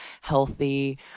healthy